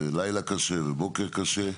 לילה קשה ובוקר קשה.